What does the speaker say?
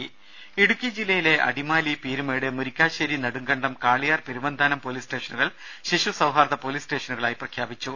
രുദ ഇടുക്കി ജില്ലയിലെ അടിമാലി പീരുമേട് മുരിക്കാശേരി നെടുങ്കണ്ടം കാളിയാർ പെരുവന്താനം പോലീസ് സ്റ്റേഷനുകൾ ശിശു സൌഹാർദ പോലീസ് സ്റ്റേഷനുകളായി പ്രഖ്യാപിച്ചു